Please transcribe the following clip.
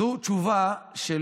זו תשובה של